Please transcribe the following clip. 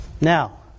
Now